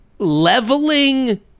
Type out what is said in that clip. leveling